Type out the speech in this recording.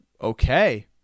Okay